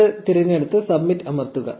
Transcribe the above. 0 തിരഞ്ഞെടുത്ത് 'സബ്മിറ്റ്' അമർത്തുക